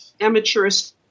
amateurist